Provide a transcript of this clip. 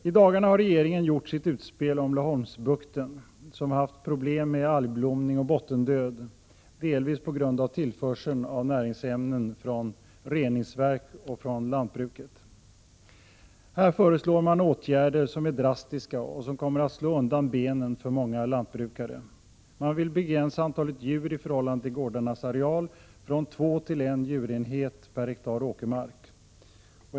I dagarna har regeringen gjort sitt utspel om Laholmsbukten, som haft problem med algblomning och bottendöd, delvis på grund av tillförsel av näringsämnen från reningsverk och från lantbruket. Här föreslår man åtgärder som är drastiska och som kommer att slå undan benen för många lantbrukare. Man vill begränsa antalet djur i förhållande till gårdarnas areal från två till en djurenhet per hektar åkermark.